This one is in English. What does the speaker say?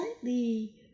slightly